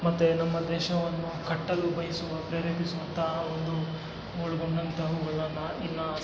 ಮತ್ತು ನಮ್ಮ ದೇಶವನ್ನು ಕಟ್ಟಲು ಬಯಸುವ ಪ್ರೇರೆಪಿಸುವಂತಹ ಒಂದು ಒಳಗೊಂಡಂಥ ಅವುಗಳನ್ನು ಇನ್ನೂ